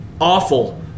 awful